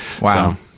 Wow